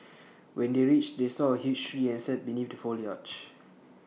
when they reached they saw A huge tree and sat beneath the foliage